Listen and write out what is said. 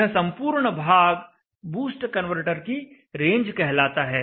यह संपूर्ण भाग बूस्ट कनवर्टर की रेंज कहलाता है